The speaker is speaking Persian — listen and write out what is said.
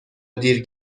دیر